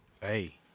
Hey